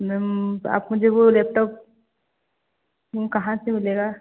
ma'am अब मुझे वो लेपटॉप कहाँ से मिलेगा